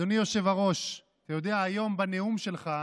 אדוני היושב-ראש, אתה יודע, היום בנאום שלך